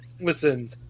Listen